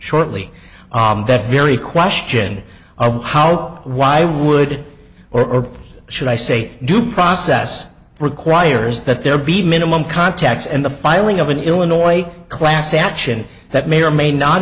shortly that very question of how why would or should i say due process requires that there be minimum contacts and the filing of an illinois class action that may or may not